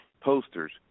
posters